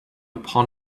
upon